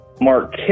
Mark